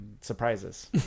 surprises